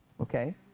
Okay